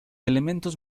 elementos